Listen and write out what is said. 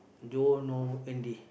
Joe know Wendy